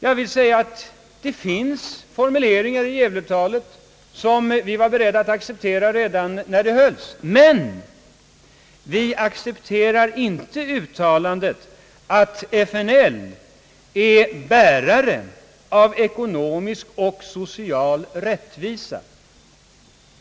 Jag vill säga att det finns formuleringar i Gävletalet som vi var beredda att acceptera redan när talet hölls, men vi godtager inte uttalandet att FNL är bärare av ekonomisk och social rättvisa.